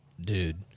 dude